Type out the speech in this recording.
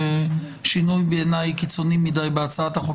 בעיניי זה שינוי קיצוני מדי בהצעת החוק